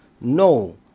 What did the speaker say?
No